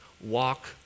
Walk